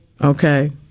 okay